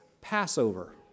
Passover